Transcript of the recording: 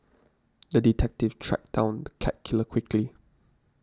the detective tracked down the cat killer quickly